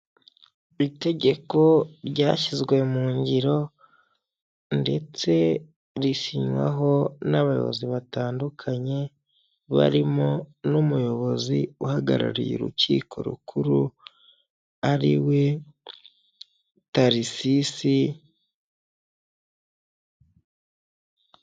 Itegeko ryashyizwe mu ngiro ndetse risinywaho n'abayobozi batandukanye, barimo n'umuyobozi uhagarariye urukiko rukuru ari we Tarisisi.